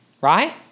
right